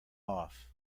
off